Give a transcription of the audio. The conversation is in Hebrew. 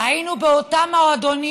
היינו באותם מועדונים,